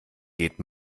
geht